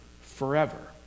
forever